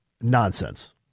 nonsense